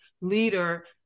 leader